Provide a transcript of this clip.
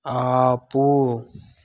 ఆపు